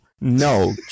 No